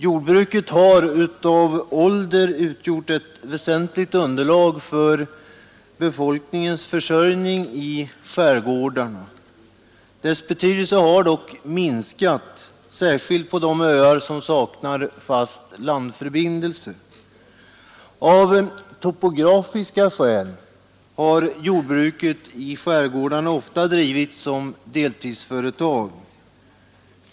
Jordbruket har av ålder utgjort ett väsentligt underlag för befolkningens försörjning i skärgården. Dess betydelse har dock minskat, särskilt på de öar som saknar fast landförbindelse. Av topografiska skäl har jordbruket i skärgårdarna ofta drivits som deltidsföretag.